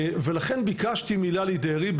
ולכן ביקשתי מללי דרעי,